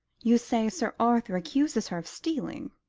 you say sir arthur accuses her of stealing?